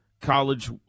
College